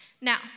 Now